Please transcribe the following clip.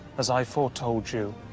as i foretold you,